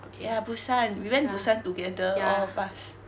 ya busan we went busan together all of us